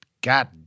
god